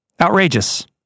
Outrageous